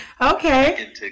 Okay